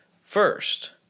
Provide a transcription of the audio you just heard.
first